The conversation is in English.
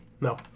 No